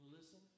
listen